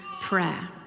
Prayer